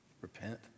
repent